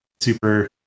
super